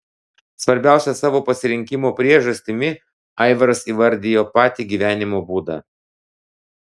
svarbiausia savo pasirinkimo priežastimi aivaras įvardijo patį gyvenimo būdą